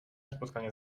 spotkania